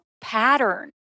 pattern